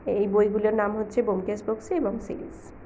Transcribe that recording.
এই বইগুলোর নাম হচ্ছে ব্যোমকেশ বক্সী এবং সিরিজ